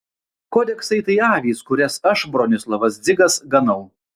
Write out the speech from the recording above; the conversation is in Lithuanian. kodeksai tai avys kurias aš bronislovas dzigas ganau